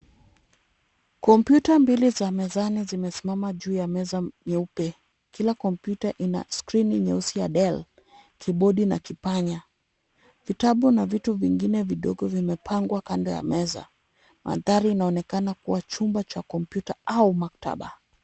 Kompyuta mbili za mezani zimesimama juu ya meza nyeupe. Kila kompyuta ina skrini nyeusi ya dell, kibodi na kipanya. Vitabu na vitu vingine vidogo vimepangwa kando ya meza. Mandhari inaonekana kuwa chumba cha kompyuta au maktaba.